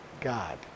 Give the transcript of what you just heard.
God